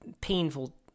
painful